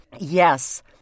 Yes